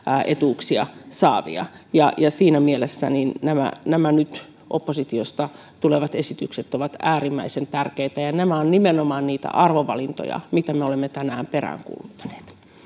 etuuksia saavia siinä mielessä nämä nämä nyt oppositiosta tulevat esitykset ovat äärimmäisen tärkeitä ja nämä ovat nimenomaan niitä arvovalintoja mitä me olemme tänään peräänkuuluttaneet